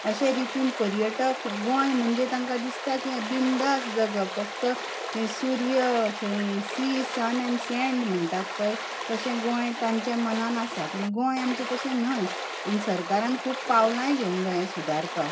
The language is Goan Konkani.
अशे रितीन पर्यटक गोंय म्हणजे तांकां दिसता की ये बिंदास जगप फक्त थंय सूर्य थंय सी सन एण्ड सॅण्ड म्हणटात पळय तशें गोंय तांच्या मनान आसता पूण गोंय आमचें तशें न्हय आनी सरकारान खूब पावलांय घेवंक जाय हें सुदारपाक